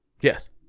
Yes